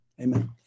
amen